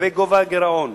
לגבי גובה הגירעון